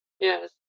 Yes